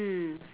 mm